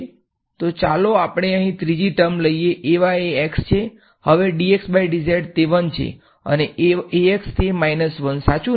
તો ચાલો આપણે અહીં ત્રીજી ટર્મ લઈએ એ x છે હવે તે 1 છે અને તે y સાચું છે